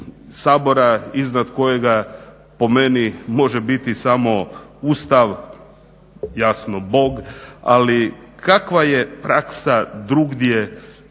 iznad kojega po meni može biti samo Ustav, jasno bog. Ali kakva je praksa drugdje kad je